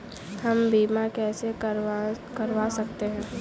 हम बीमा कैसे करवा सकते हैं?